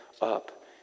up